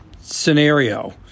scenario